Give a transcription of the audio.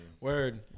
Word